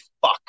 fuck